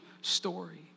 story